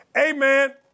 Amen